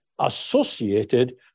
associated